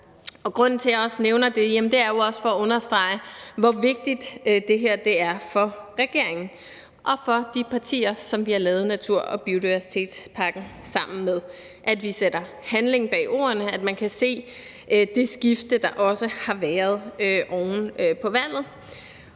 Grunden til, at jeg også nævner det, er jo for at understrege, hvor vigtigt det her er for regeringen og for de partier, som vi har lavet natur- og biodiversitetspakken sammen med: at vi sætter handling bag ordene; at man kan se det skifte, der også har været oven på valget.